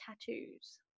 tattoos